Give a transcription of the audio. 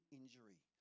injury